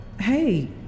Hey